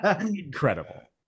incredible